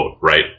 right